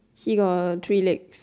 he got three legs